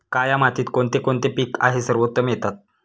काया मातीत कोणते कोणते पीक आहे सर्वोत्तम येतात?